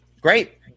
Great